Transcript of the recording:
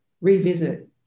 revisit